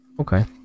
Okay